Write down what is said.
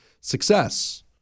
success